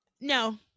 No